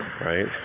right